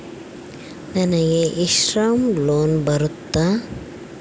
ನನಗೆ e Shram loan ಬರುತ್ತಾ?